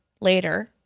later